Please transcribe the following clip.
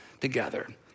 together